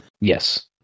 Yes